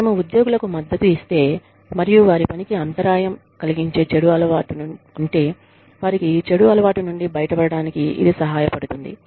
మనము ఉద్యోగులకు మద్దతు ఇస్తే మరియు వారి పనికి అంతరాయం కలిగించే చెడు అలవాటు ఉంటే వారికి చెడు అలవాటు నుండి బయటపడటానికి ఇది సహాయపడుతుంది